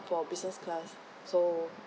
for business class so